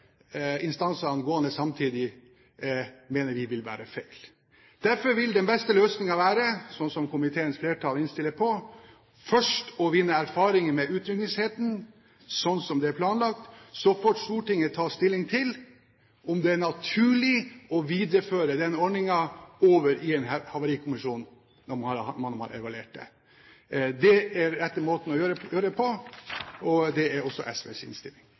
instansene gående samtidig, mener vi vil være feil. Derfor vil den beste løsningen være, slik komiteens flertall innstiller på, først å vinne erfaringer med utrykningsenheten slik det er planlagt. Så får Stortinget ta stilling til om det er naturlig å videreføre den ordningen over i en havarikommisjon når man har evaluert det. Det er den rette måten å gjøre det på, og det er også SVs innstilling.